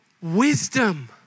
Wisdom